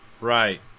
right